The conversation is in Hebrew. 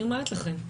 אני אומרת לכם,